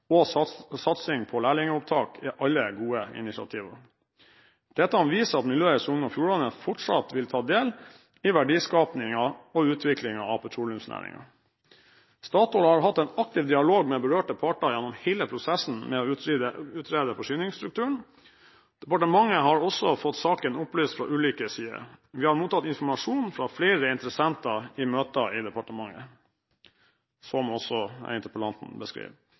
satsing på lærlingopptak er alle gode initiativer. Dette viser at miljøet i Sogn og Fjordane fortsatt vil ta del i verdiskapingen og utviklingen av petroleumsnæringen. Statoil har hatt en aktiv dialog med berørte parter gjennom hele prosessen med å utrede forsyningsstrukturen. Departementet har også fått saken opplyst fra ulike sider. Vi har mottatt informasjon fra flere interessenter i møter i departementet, som også interpellanten